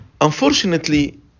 Unfortunately